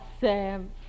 Sam